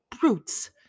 Brutes